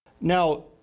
Now